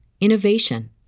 innovation